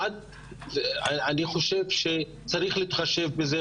אני חושב שצריך להתחשב בזה,